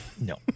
No